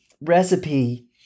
recipe